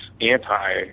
anti